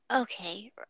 Okay